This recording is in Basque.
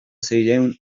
seiehun